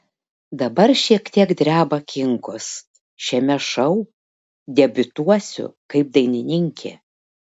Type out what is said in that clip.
dabar šiek tiek dreba kinkos šiame šou debiutuosiu kaip dainininkė